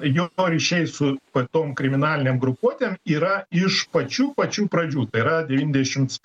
jo ryšiai su va tom kriminalinėm grupuotėm yra iš pačių pačių pradžių tai yra devyndešims